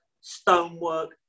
stonework